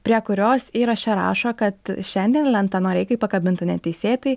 prie kurios įraše rašo kad šiandien lenta noreikai pakabinta neteisėtai